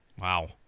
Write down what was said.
Wow